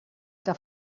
que